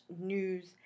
news